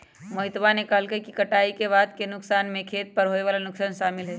मोहितवा ने कहल कई कि कटाई के बाद के नुकसान में खेत पर होवे वाला नुकसान शामिल हई